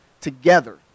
together